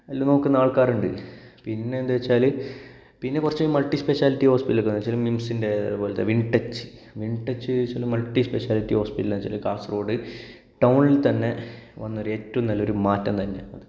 എല്ലാം നോക്കുന്ന ആൾക്കാരുണ്ട് പിന്നെ എന്തെന്ന് വെച്ചാല് പിന്നെ കുറച്ചു മൾട്ടിസ്പെഷ്യാലിറ്റി ഹോസ്പിറ്റലൊക്കെ എന്താന്ന് വെച്ചാല് മിംസിന്റെ അതേപോലത്തെ വിൻ ടച്ച് വിൻ ടെച്ച് വെച്ചാല് മൾട്ടിസ്പെഷ്യാലിറ്റി ഹോസ്പിറ്റലാണ് എന്ന് വെച്ചാല് കാസർഗോഡ് ടൗണിൽ തന്നെ വന്നൊരു ഏറ്റവും നല്ല ഒര് മാറ്റം തന്നെയാണ് അത്